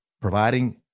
providing